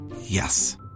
Yes